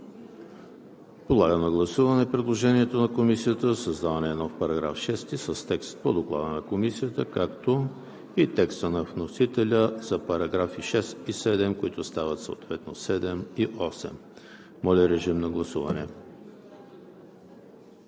Подлагам на гласуване предложението на Комисията за създаване на нов § 6 с текст по Доклада на Комисията, както и текста на вносителя за параграфи 6 и 7, които стават съответно параграфи 7 и 8. Гласували